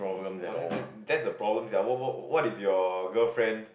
wah that then that's a problem sia what what what if your girlfriend